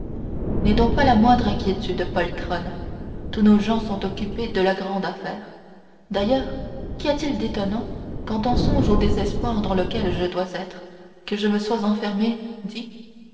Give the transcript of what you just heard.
n'aie donc pas la moindre inquiétude poltronne tous nos gens sont occupés de la grande affaire d'ailleurs qu'y a-t-il d'étonnant quand on songe au désespoir dans lequel je dois être que je me sois enfermée